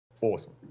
awesome